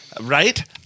right